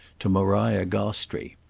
to maria gostrey.